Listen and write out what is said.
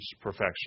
perfection